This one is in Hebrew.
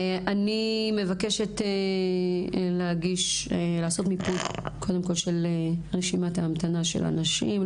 אני מבקשת לעשות מיפוי של רשימת ההמתנה של הנשים,